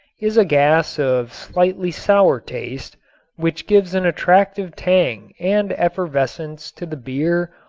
is a gas of slightly sour taste which gives an attractive tang and effervescence to the beer,